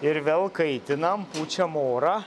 ir vėl kaitinam pučiam orą